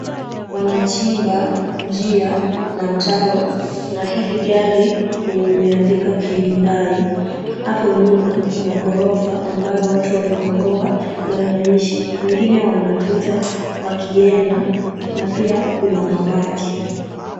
Wanachimba njia na mtaro na hili gari lenye imeandikwa Hyundai. Hapo nyuma kuna ghorofa ambayo watu wamekomboa na wanaishi. Wengine wanapita wakienda na pia kuna mabati.